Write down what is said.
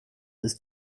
ist